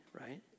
right